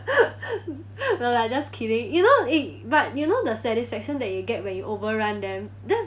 no lah just kidding you know eh but you know the satisfaction that you get when you overrun them just